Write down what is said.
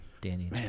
Danny